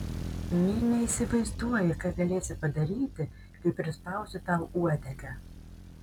nė neįsivaizduoji ką galėsi padaryti kai prispausiu tau uodegą